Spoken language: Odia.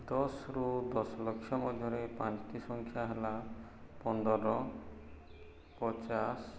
ଦଶରୁୁ ଦଶ ଲକ୍ଷ ମଧ୍ୟରେ ପାଞ୍ଚଟି ସଂଖ୍ୟା ହେଲା ପନ୍ଦର ପଚାଶ